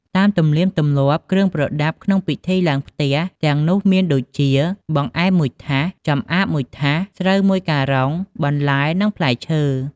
តាមទំនៀមទម្លាប់គ្រឿងប្រដាប់ក្នុងពិធីឡើងផ្ទះទាំងនោះមានដូចជា បង្អែម១ថាស ចម្អាប១ថាស ស្រូវ១ការុង បន្លែ និងផ្លែឈើ។